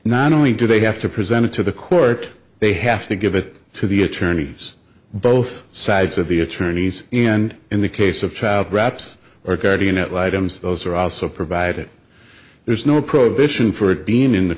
not only do they have to present it to the court they have to give it to the attorneys both sides of the attorneys and in the case of trial graps or guardian ad litem so those are also provided there's no prohibition for it being in the